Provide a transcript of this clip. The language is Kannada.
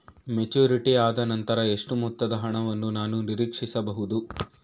ಮೆಚುರಿಟಿ ಆದನಂತರ ಎಷ್ಟು ಮೊತ್ತದ ಹಣವನ್ನು ನಾನು ನೀರೀಕ್ಷಿಸ ಬಹುದು?